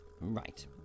Right